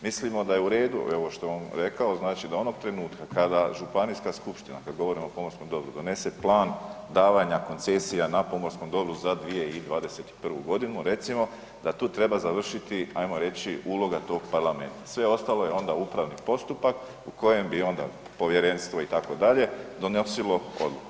Mislimo da je u redu ovo što je on rekao, znači da onog trenutka kada županijska skupština, kada govorimo o pomorskom dobru, donese plan davanja koncesija na pomorskom dobru za 2021. godinu recimo, da tu treba završiti, ajmo reći uloga tog parlamenta, sve ostalo je onda upravni postupak u kojem bi onda povjerenstvo itd. donosilo odluku.